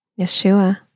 yeshua